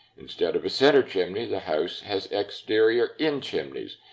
instead of a center chimney, the house has exterior end chimneys,